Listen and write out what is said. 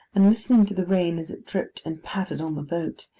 and listening to the rain as it dripped and pattered on the boat,